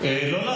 לו, לשר.